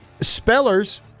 spellers